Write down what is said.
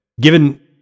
given